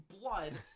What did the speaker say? blood